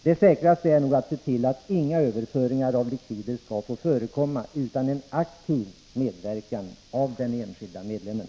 Det säkraste är nog att se till att inga överföringar av likvider får förekomma utan en aktiv medverkan av den enskilde medlemmen.